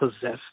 possess